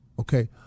okay